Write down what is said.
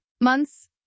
months